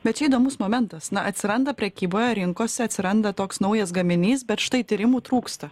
bet čia įdomus momentas na atsiranda prekyboje rinkose atsiranda toks naujas gaminys bet štai tyrimų trūksta